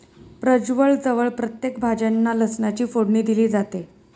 प्रजवळ जवळ प्रत्येक भाज्यांना लसणाची फोडणी दिली जाते